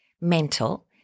mental